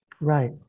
Right